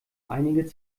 einige